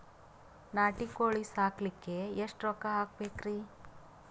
ನಾಟಿ ಕೋಳೀ ಸಾಕಲಿಕ್ಕಿ ಎಷ್ಟ ರೊಕ್ಕ ಹಾಕಬೇಕ್ರಿ?